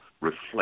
reflect